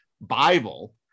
Bible